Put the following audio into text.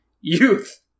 youth